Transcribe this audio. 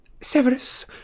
Severus